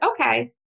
Okay